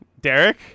Derek